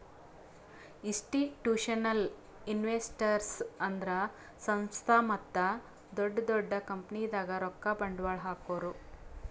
institutional investors ಅಂದ್ರ ಸಂಸ್ಥಾ ಮತ್ತ್ ದೊಡ್ಡ್ ದೊಡ್ಡ್ ಕಂಪನಿದಾಗ್ ರೊಕ್ಕ ಬಂಡ್ವಾಳ್ ಹಾಕೋರು